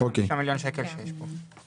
כל ה-5 מיליון שקל שיש פה.